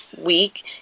week